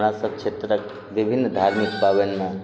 हमरा सब क्षेत्रक विभिन्न धार्मिक पावनिमे